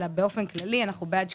ובאופן כללי אנחנו בעד שקיפות.